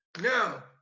Now